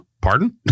Pardon